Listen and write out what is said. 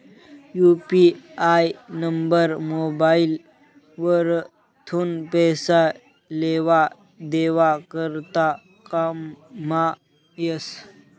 UPI number mobile वरथून पैसा लेवा देवा करता कामंमा येस